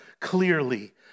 clearly